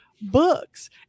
books